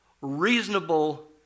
reasonable